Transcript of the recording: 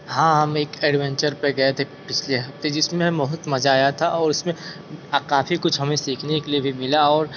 हाँ हम एक एडवेंचर पर गए थे पिछले हफ्ते जिसमें बहुत मजा आया था और उसमें काफ़ी कुछ हमें सीखने के लिए भी मिला और